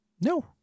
no